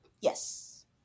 Yes